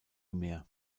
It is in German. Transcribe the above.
mehr